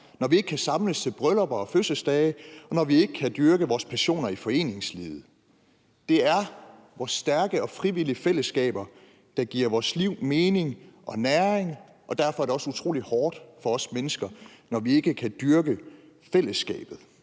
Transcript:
når vi ikke kan samles til bryllupper og fødselsdage, og når vi ikke kan dyrke vores passioner i foreningslivet. Det er vores stærke og frivillige fællesskaber, der giver vores liv mening og næring, og derfor er det også utrolig hårdt for os mennesker, når vi ikke kan dyrke fællesskabet,